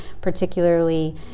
particularly